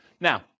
Now